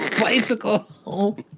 bicycle